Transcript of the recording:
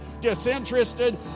disinterested